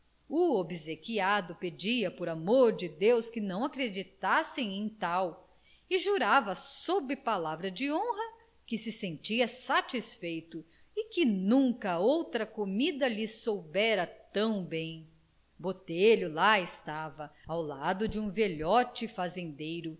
o obsequiado pedia por amor de deus que não acreditassem em tal e jurava sob palavra de honra que se sentia satisfeito e que nunca outra comida lhe soubera tão bem botelho lá estava ao lado de um velhote fazendeiro